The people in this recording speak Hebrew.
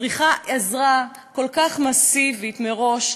צריכה עזרה כל כך מסיבית, מראש,